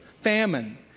famine